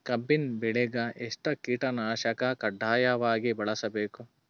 ಕಬ್ಬಿನ್ ಬೆಳಿಗ ಎಷ್ಟ ಕೀಟನಾಶಕ ಕಡ್ಡಾಯವಾಗಿ ಬಳಸಬೇಕು?